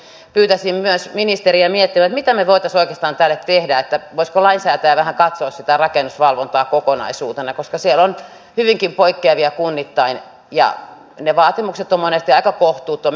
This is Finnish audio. joten pyytäisin myös ministeriä miettimään mitä me voisimme oikeastaan tälle tehdä ja voisiko lainsäätäjä vähän katsoa sitä rakennusvalvontaa kokonaisuutena koska siellä on hyvinkin poikkeavia vaatimuksia kunnittain ja ne ovat monesti aika kohtuuttomia